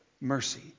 mercy